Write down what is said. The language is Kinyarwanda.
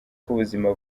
k’ubuzima